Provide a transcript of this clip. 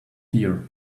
here